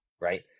right